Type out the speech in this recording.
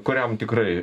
kuriam tikrai